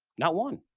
not one.